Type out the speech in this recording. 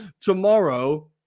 tomorrow